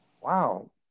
wow